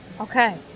Okay